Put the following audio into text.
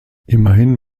immerhin